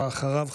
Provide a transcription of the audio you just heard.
ואחריו,